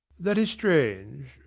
that is strange.